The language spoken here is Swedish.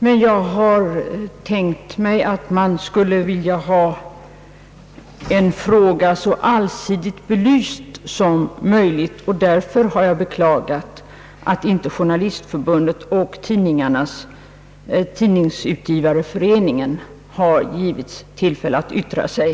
Men jag har tänkt mig att man skulle vilja ha frå gan så allsidigt belyst som möjligt, och därför har jag beklagat att inte Journalistförbundet och Tidningsutgivareföreningen givits tillfälle att yttra sig.